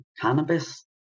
cannabis